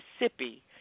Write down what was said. Mississippi